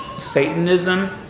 Satanism